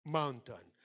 mountain